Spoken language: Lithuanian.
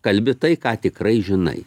kalbi tai ką tikrai žinai